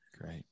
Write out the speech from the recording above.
Great